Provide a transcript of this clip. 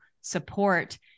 support